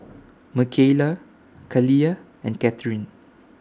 Mckayla Kaliyah and Katharine